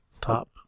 top